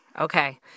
Okay